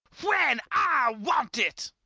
when i want it,